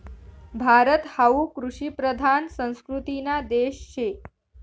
भारत हावू कृषिप्रधान संस्कृतीना देश शे